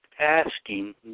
asking